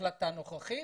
ההחלטה הנוכחית,